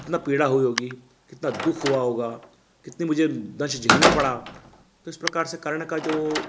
कितना पीड़ा हुई होगी कितना दुःख हुआ होगा कितनी मुझे दंश झेलना पड़ा तो इस प्रकार से कर्ण का जो